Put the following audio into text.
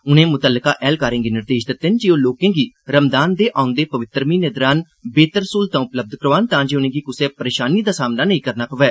उनें मुत्तल्लका ऐह्लकारें गी निर्देश दिते जे ओह् लोकें गी रमदान दे औन्दे पवित्र म्हीने दौरान बेहतर सहूलता उपलब्ध करोआन ता जे उनेंगी कुसै परेशानी दा सामना नेई करना पवै